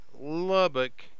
lubbock